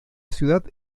ciudad